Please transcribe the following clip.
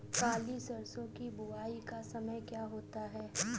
काली सरसो की बुवाई का समय क्या होता है?